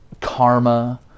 karma